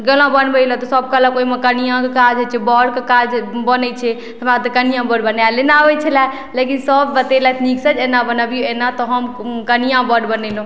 गेलहुँ बनबय लए तऽ सब कहलक ओइमे कनियाँके काज होइ छै बरके काज बनय छै हमरा तऽ कनियाँ बर बनायले नहि आबय छलै लेकिन सब बतेलक नीकसँ जे एना बनाबियो एना तऽ हम कनियाँ वर बनेलहुँ